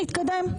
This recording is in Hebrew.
נתקדם.